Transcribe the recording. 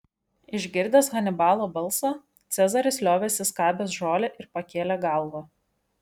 išgirdęs hanibalo balsą cezaris liovėsi skabęs žolę ir pakėlė galvą